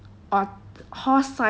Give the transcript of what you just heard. like 真的去跟一个